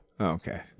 Okay